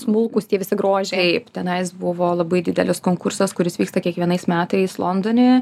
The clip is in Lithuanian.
smulkūs tie visi grožiai tenai buvo labai didelis konkursas kuris vyksta kiekvienais metais londone